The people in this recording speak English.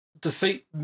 Defeat